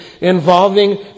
involving